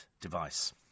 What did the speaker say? device